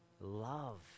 love